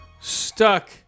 Stuck